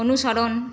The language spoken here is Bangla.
অনুসরণ